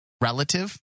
relative